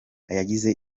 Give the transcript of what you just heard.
yagize